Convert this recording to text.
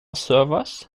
servers